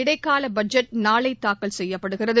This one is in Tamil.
இடைக்கால பட்ஜெட் நாளை தாக்கல் செய்யப்படுகிறது